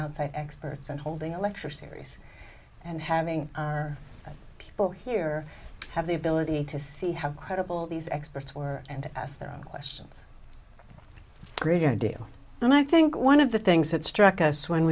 outside experts and holding a lecture series and having our people here have the ability to see how credible these experts were and ask their own questions great idea and i think one of the things that struck us when